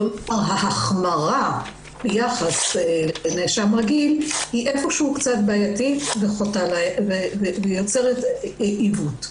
ההחמרה ביחס לנאשם רגיל היא קצת בעייתית ויוצרת עיוות.